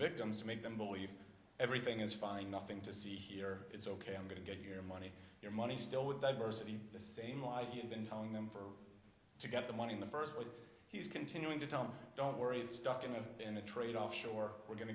victims make them believe everything is fine nothing to see here it's ok i'm going to get your money your money still with diversity the same life you've been telling them for to get the money in the first what he's continuing to tell me don't worry i'm stuck in a in a trade offshore we're going